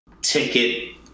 ticket